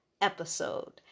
episode